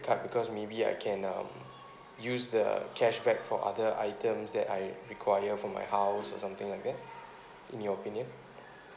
card because maybe I can um use the cashback for other items that I require for my hours or something like that in your opinion